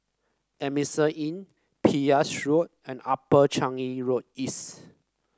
Adamson Inn Pepys Road and Upper Changi Road East